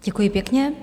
Děkuji pěkně.